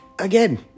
again